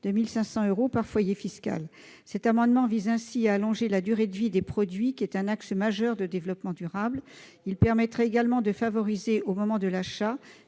de 1 500 euros par foyer fiscal. L'objectif est d'allonger la durée de vie des produits, qui est un axe majeur de développement durable. Cela permettrait de favoriser, au moment de l'achat,